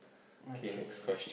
okay